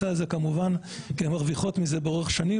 הזה כמובן כי הן מרוויחות מזה לאורך שנים.